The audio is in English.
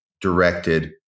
directed